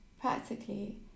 practically